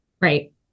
Right